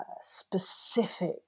specific